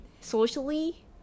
socially